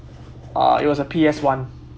uh it was a P_S one